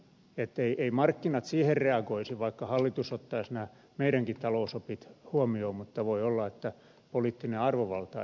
eivät markkinat siihen reagoisi vaikka hallitus ottaisi nämä meidänkin talousopit huomioon mutta voi olla että poliittinen arvovalta ei sitä kestä